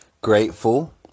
grateful